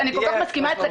אני כל כך מסכימה איתך,